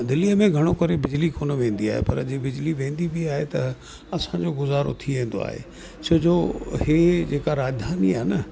दिल्लीअ में घणो करे बिजली कोनि वेंदी आहे पर जीअं बिजली वेंदी बि आहे त असांजो गुज़ारो थी वेंदो आहे छोजो इहा जेका राजधानी आहे न